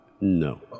No